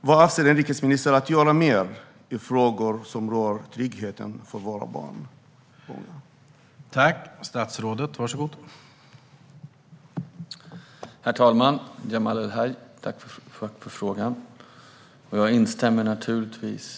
Vad avser inrikesministern att göra mer i frågor som rör tryggheten för våra barn och unga?